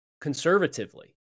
conservatively